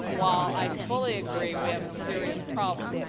while i fully agree we have a serious problem.